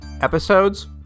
episodes